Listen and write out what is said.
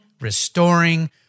restoring